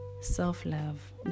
self-love